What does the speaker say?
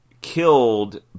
killed